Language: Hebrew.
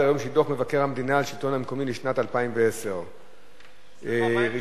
מבקר המדינה על השלטון המקומי לשנת 2010. מה עם,